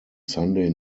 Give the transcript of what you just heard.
sunday